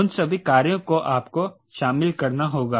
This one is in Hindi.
उन सभी कार्यों को आपको शामिल करना होगा